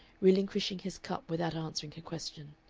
relinquishing his cup without answering her question,